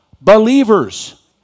believers